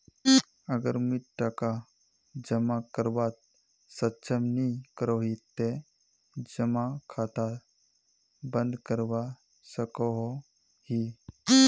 अगर मुई टका जमा करवात सक्षम नी करोही ते जमा खाता बंद करवा सकोहो ही?